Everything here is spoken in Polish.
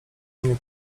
mnie